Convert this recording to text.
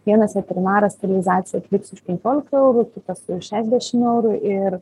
vienas veterinaras sterilizaciją atliks už penkiolika eurų o kitas šešiasdešim eurų ir